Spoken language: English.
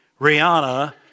Rihanna